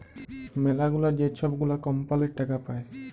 ম্যালাগুলা যে ছব গুলা কম্পালির টাকা পায়